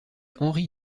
henri